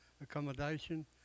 accommodation